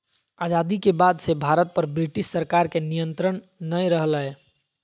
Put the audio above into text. आजादी के बाद से भारत पर ब्रिटिश सरकार के नियत्रंण नय रहलय